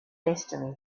destiny